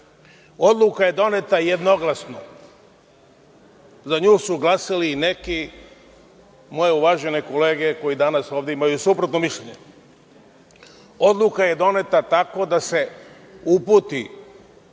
odluka je doneta jednoglasno, za nju su glasali neke moje uvažene kolege koje danas imaju suprotno mišljenje. Odluka je doneta tako da se uputi